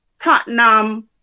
Tottenham